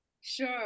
Sure